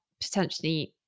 potentially